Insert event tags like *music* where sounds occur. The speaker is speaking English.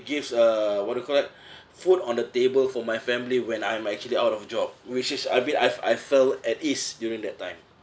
gives uh what do you call that *breath* food on the table for my family when I am actually out of job which is I mean I've I felt at ease during that time